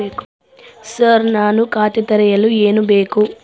Sir ನಾನು ಖಾತೆ ತೆರೆಯಲು ಏನು ಬೇಕು?